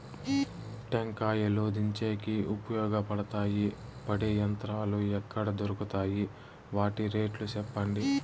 టెంకాయలు దించేకి ఉపయోగపడతాయి పడే యంత్రాలు ఎక్కడ దొరుకుతాయి? వాటి రేట్లు చెప్పండి?